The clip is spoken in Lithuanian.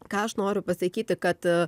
ką aš noriu pasakyti kad